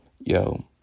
Yo